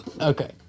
Okay